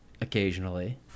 occasionally